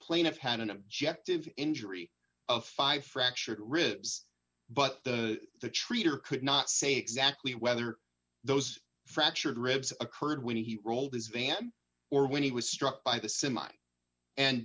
plaintiff had an objective injury of five fractured ribs but the treater could not say exactly whether those fractured ribs occurred when he rolled his van or when he was struck by the semis and